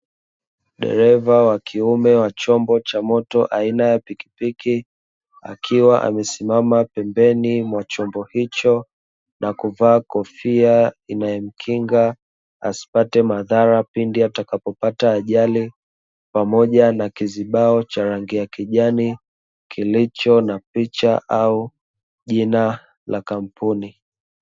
Dereva wa kiume wa chombo cha moto aina ya pikipiki, akiwa amesimama pembeni mwa chombo hicho na kuvaa kofia inayomkinga asipate madhara pindi atakapopata ajali, pamoja na kizibao cha rangi ya kijani, kilicho na picha au jina la kampuni.